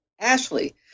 Ashley